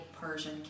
Persian